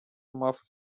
muffled